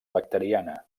bacteriana